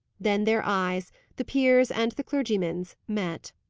then their eyes the peer's and the clergyman's met.